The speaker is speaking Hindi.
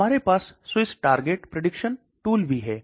हमारे पास SWISS टारगेट prediction टूल भी है